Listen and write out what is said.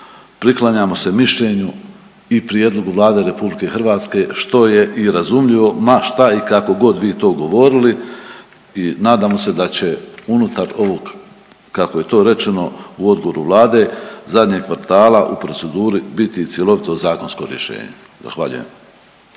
priklanjamo se mišljenju i prijedlogu Vlade RH što je i razumljivo ma šta i kako god vi to govorili i nadamo se da će unutar ovog, kako je to rečeno u odgovoru Vlade, zadnjeg kvartala u proceduri biti i cjelovito zakonsko rješenje, zahvaljujem.